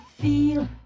feel